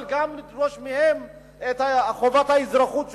אבל גם לדרוש מהם את חובת האזרחות שלהם.